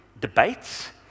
debates